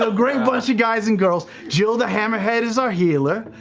so great bunch of guys and girls. jill the hammerhead is our healer,